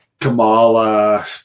kamala